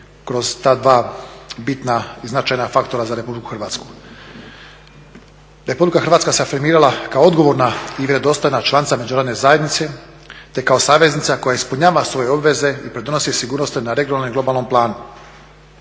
kroz ta dva bitna i značajna faktora za RH. RH se afirmirala kao odgovorna i vjerodostojna članica međunarodne zajednice, te kao saveznica koja ispunjava svoje obveze i pridonosi sigurnosti na regionalnom i globalnom planu.